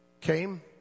came